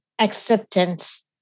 acceptance